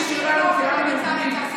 היא חיבור השורשים שלנו לעם היהודי.